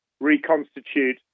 reconstitute